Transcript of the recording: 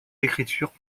écritures